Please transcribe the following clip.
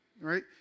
right